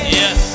yes